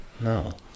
No